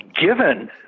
given